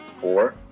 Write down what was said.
Four